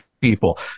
people